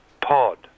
Pod